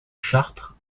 chartres